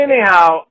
Anyhow